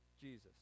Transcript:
Jesus